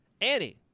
Annie